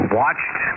watched